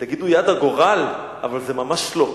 תגידו יד הגורל, אבל זה ממש לא.